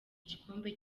igikombe